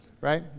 Right